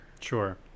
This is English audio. sure